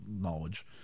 knowledge